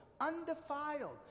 undefiled